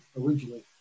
originally